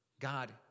God